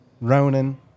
Ronan